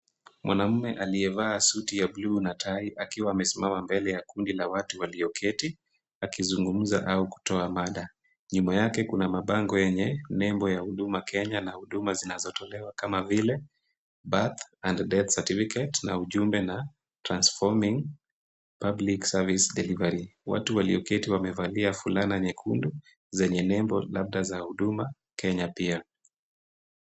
Mwanamume aliyevaa suti ya bluu na tai akiwa amesimama mbele ya kundi la watu walioketi, akizungumza au kutoa mada. Nyuma yake kuna mabango yenye, nembo ya Huduma Kenya na huduma zinazotolewa kama vile birth and death certificate na ujumbe na transforming public service delivery . Watu walioketi wamevalia fulana nyekundu zenye nembo labda za Huduma Kenya pia.